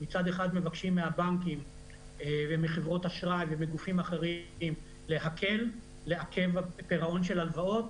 מצד אחד מבקשים מהבנקים ומחברות האשראי להקל בפירעון ההלוואות,